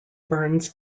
burns